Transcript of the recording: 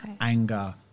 anger